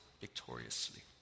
victoriously